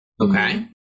Okay